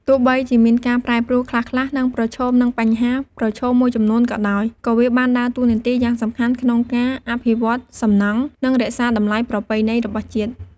ទោះបីជាមានការប្រែប្រួលខ្លះៗ និងប្រឈមនឹងបញ្ហាប្រឈមមួយចំនួនក៏ដោយ ក៏វាបានដើរតួនាទីយ៉ាងសំខាន់ក្នុងការអភិវឌ្ឍន៍សំណង់ និងរក្សាតម្លៃប្រពៃណីរបស់ជាតិ។